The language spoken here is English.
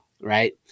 Right